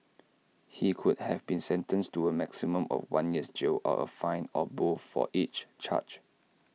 he could have been sentenced to A maximum of one year's jail or A fine or both for each charge